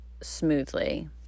smoothly